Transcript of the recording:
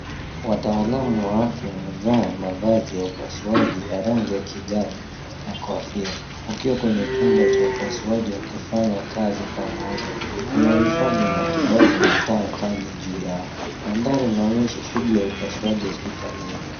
Wataalamu wa afya wamevaa mavazi ya upasuaji ya rangi ya kijani na kofia wakiwa kwenye chumba cha upasuaji wakifanya kazi pamoja. Kuna vifaa vya matibabu na taa kali juu yao. Mandhari inaonyesha shughuli ya upasuaji hospitalini.